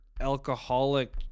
alcoholic